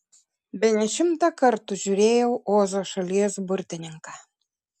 bene šimtą kartų žiūrėjau ozo šalies burtininką